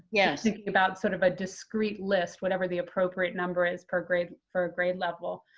yeah thinking about sort of a discreet list, whatever the appropriate number is per grade for grade level,